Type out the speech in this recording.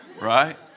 right